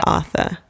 Arthur